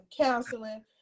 counseling